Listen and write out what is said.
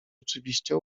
oczywiście